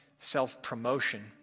self-promotion